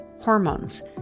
hormones